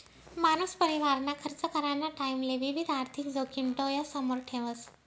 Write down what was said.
मानूस परिवारना खर्च कराना टाईमले विविध आर्थिक जोखिम डोयासमोर ठेवस